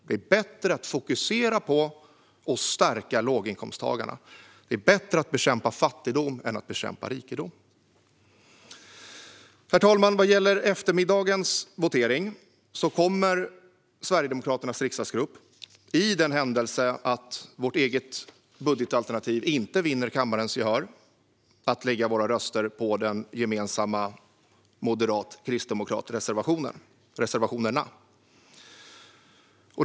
Det är bättre att fokusera på och stärka låginkomsttagarna. Det är bättre att bekämpa fattigdom än att bekämpa rikedom. Herr talman! Vad gäller eftermiddagens votering kommer vi i Sverigedemokraternas riksdagsgrupp, för den händelse att vårt eget budgetalternativ inte vinner kammarens gehör, att lägga våra röster på de gemensamma moderata och kristdemokratiska reservationerna.